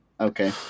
Okay